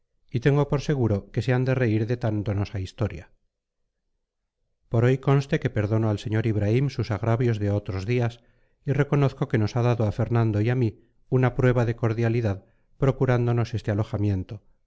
y tengo por seguro que se han de reír de tan donosa historia por hoy conste que perdono al señor ibraim sus agravios de otros días y reconozco que nos ha dado a fernando y a mí una prueba de cordialidad procurándonos este alojamiento